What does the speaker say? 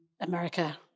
America